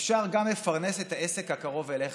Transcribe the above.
אפשר גם לפרנס את העסק הקרוב אליך.